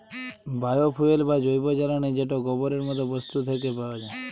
bio fuel বা জৈব জ্বালালী যেট গোবরের মত বস্তু থ্যাকে পাউয়া যায়